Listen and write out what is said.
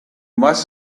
must